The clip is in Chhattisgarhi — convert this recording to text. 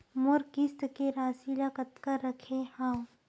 मोर किस्त के राशि ल कतका रखे हाव?